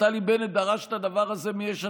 נפתלי בנט דרש את הדבר הזה מיש עתיד?